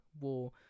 war